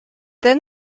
then